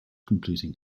completing